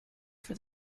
for